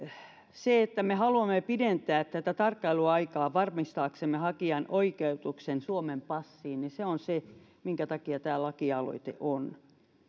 se että me haluamme pidentää tätä tarkkailuaikaa varmistaaksemme hakijan oikeutuksen suomen passiin on se minkä takia tämä lakialoite on